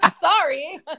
Sorry